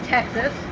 Texas